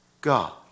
God